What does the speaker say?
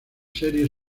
serie